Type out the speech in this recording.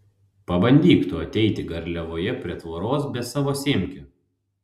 pabandyk tu ateiti garliavoje prie tvoros be savo semkių